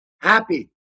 happy